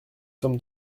sommes